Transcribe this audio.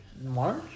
March